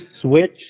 switch